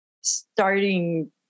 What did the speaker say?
starting